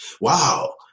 wow